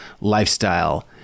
lifestyle